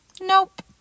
Nope